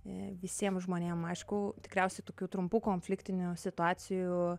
e visiem žmonėm aišku tikriausiai tokių trumpų konfliktinių situacijų